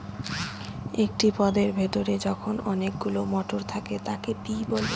একটি পদের ভেতরে যখন অনেকগুলো মটর থাকে তাকে পি বলে